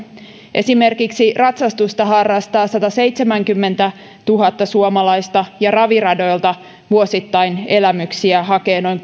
esimerkiksi ratsastusta harrastaa sataseitsemänkymmentätuhatta suomalaista ja raviradoilta vuosittain elämyksiä hakee noin